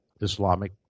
Islamic